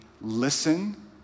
listen